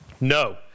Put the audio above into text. no